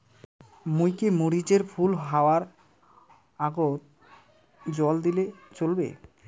মুই কি মরিচ এর ফুল হাওয়ার আগত জল দিলে চলবে?